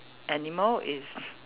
animal is